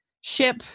ship